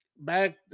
Back